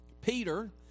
Peter